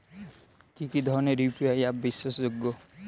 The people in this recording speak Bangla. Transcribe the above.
কি কি ধরনের ইউ.পি.আই অ্যাপ বিশ্বাসযোগ্য?